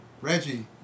Reggie